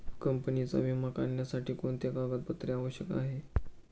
कंपनीचा विमा काढण्यासाठी कोणते कागदपत्रे आवश्यक आहे?